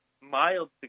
mild